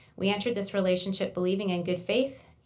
we entered this relationship believing in good faith.